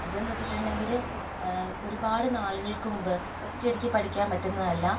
അത് എന്ന് വെച്ചിട്ടുണ്ടെങ്കിൽ ഒരുപാട് നാളുകൾക്ക് മുമ്പ് ഒറ്റയടിക്ക് പഠിക്കാൻ പറ്റുന്നതല്ല